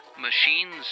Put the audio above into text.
machines